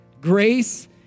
Grace